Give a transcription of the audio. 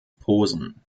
posen